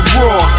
raw